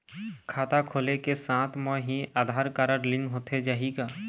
खाता खोले के साथ म ही आधार कारड लिंक होथे जाही की?